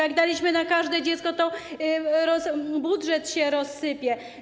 Jak daliśmy na każde dziecko, to: budżet się rozsypie.